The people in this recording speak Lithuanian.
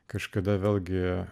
kažkada vėlgi